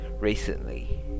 recently